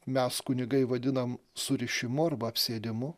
mes kunigai vadinam surišimu arba apsėdimu